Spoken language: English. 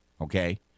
okay